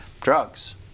drugs